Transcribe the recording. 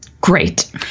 Great